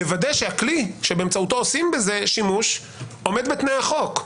לוודא שהכלי שבאמצעותו עושים שימוש עומד בתנאי החוק.